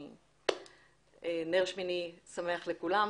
נר שמיני שמח לכולם.